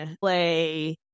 play